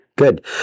Good